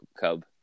Cub